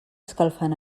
escalfant